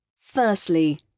Firstly